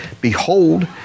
behold